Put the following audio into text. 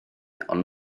ond